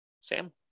Sam